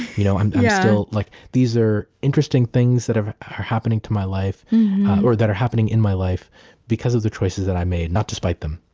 you know and yeah so like these are interesting things that are happening to my life or that are happening in my life because of the choices that i made, not despite them.